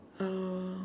uh